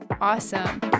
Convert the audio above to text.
Awesome